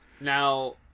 Now